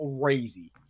crazy